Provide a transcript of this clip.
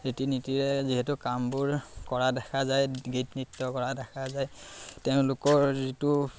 ৰীতি নীতিৰে যিহেতু কামবোৰ কৰা দেখা যায় গীত নৃত্য কৰা দেখা যায় তেওঁলোকৰ যিটো